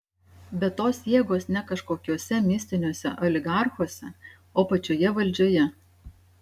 bet tos jėgos ne kažkokiuose mistiniuose oligarchuose o pačioje valdžioje